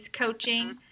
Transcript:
coaching